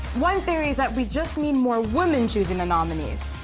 one theory is that we just need more women choosing the nominees.